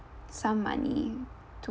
some money to